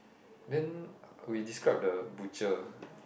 then we describe the butcher